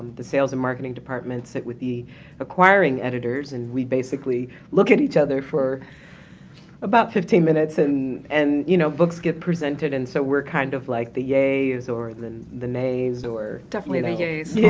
the sales and marketing departments sit with the acquiring editors and we basically look at each other for about fifteen minutes, and-and, and and you know, books get presented and so we're kind of like the yay's or the the nay's or definitely the yay's yeah